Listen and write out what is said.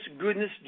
goodness